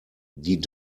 die